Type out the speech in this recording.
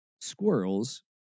squirrels